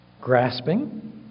grasping